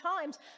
times